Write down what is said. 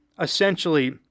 essentially